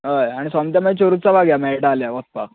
हय आनी सोमते मागीर चोरउत्सवाक या मेळटा जाल्यार वचपाक